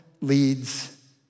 leads